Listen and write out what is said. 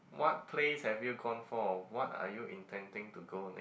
what place have you gone for what are you intending to go next